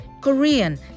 Korean